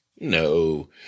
No